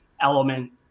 element